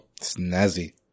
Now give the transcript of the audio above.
Snazzy